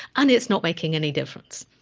and it's not making any difference.